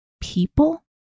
people